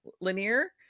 linear